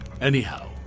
Anyhow